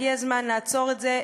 הגיע הזמן לעצור את זה,